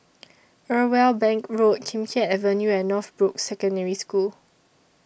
Irwell Bank Road Kim Keat Avenue and Northbrooks Secondary School